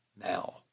now